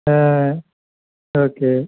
ஆ okay